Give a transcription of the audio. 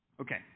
Okay